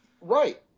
Right